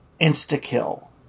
insta-kill